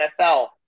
NFL